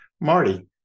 Marty